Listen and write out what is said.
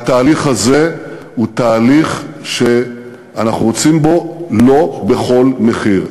והתהליך הזה הוא תהליך שאנחנו רוצים בו לא בכל מחיר.